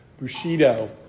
Bushido